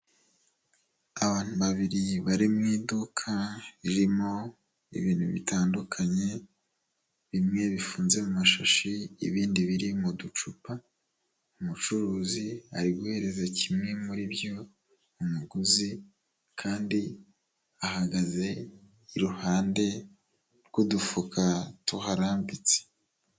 Abantu babiri bari mu iduka ririmo ibintu bitandukanye, bimwe bifunze mu mashashi ibindi biri mu ducupa, umucuruzi ari guhereza kimwe muri byo umuguzi kandi ahagaze iruhande rw'udufuka tuharambitse.